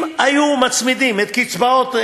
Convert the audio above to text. אם היו מצמידים את הקצבאות,